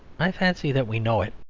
i fancy that we know it.